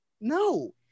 No